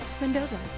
Mendoza